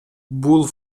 бул